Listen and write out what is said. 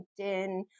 LinkedIn